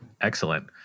Excellent